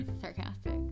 Sarcastic